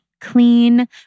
clean